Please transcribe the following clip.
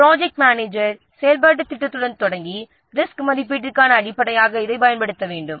எனவே project manager செயல்பாட்டுத் திட்டத்துடன் தொடங்கி ரிஸ்க் மதிப்பீட்டிற்கான அடிப்படையாக இதைப் பயன்படுத்த வேண்டும்